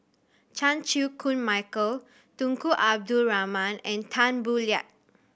Chan Chew Koon Michael Tunku Abdul Rahman and Tan Boo Liat